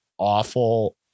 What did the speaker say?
awful